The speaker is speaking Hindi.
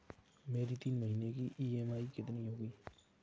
मेरी तीन महीने की ईएमआई कितनी है?